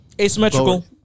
Asymmetrical